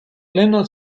plena